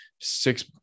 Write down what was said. six